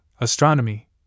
astronomy